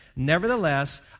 Nevertheless